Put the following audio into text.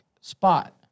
spot